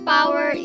Power